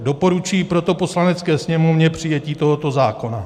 Doporučuji proto Poslanecké sněmovně přijetí tohoto zákona.